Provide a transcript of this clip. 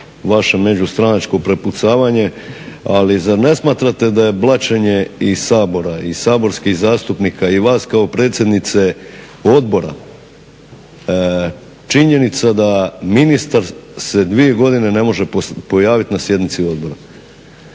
vaše međustranačko prepucavanje ali zar ne smatrate da je blaćenje i Sabora i saborskih zastupnika i vas kao predsjednice odbora činjenica da ministar se 2 godine ne može pojaviti na sjednici odbora?